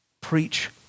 Preach